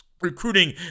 recruiting